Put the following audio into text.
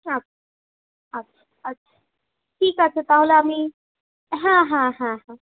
আচ্ছা আচ্ছা আচ্ছা ঠিক আছে তাহলে আমি হ্যাঁ হ্যাঁ হ্যাঁ